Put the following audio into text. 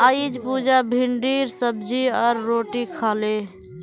अईज पुजा भिंडीर सब्जी आर रोटी खा ले